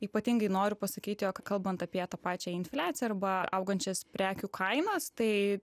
ypatingai noriu pasakyti jog kalbant apie tą pačią infliaciją arba augančias prekių kainas tai